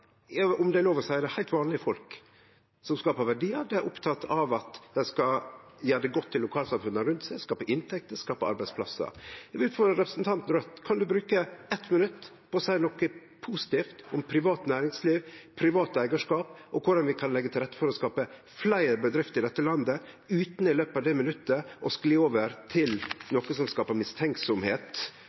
om det er lov å seie det – heilt vanlege folk som skapar verdiar. Dei er opptekne av at dei skal gjere det godt i lokalsamfunna rundt seg, skape inntekter, skape arbeidsplassar. Eg vil utfordre representanten frå Raudt: Kan ho bruke eitt minutt på å seie noko positivt om privat næringsliv, privat eigarskap og korleis vi kan leggje til rette for å skape fleire bedrifter i dette landet, utan i løpet av det minuttet å skli over til noko som skapar